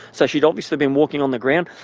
so she had obviously been walking on the ground.